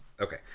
Okay